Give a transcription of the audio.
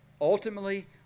Ultimately